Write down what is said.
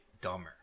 dumber